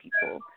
people